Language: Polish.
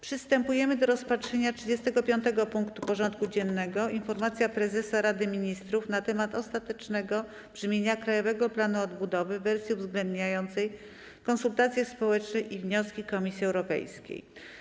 Przystępujemy do rozpatrzenia punktu 35. porządku dziennego: Informacja Prezesa Rady Ministrów na temat ostatecznego brzmienia Krajowego Planu Odbudowy w wersji uwzględniającej konsultacje społeczne i wnioski Komisji Europejskiej.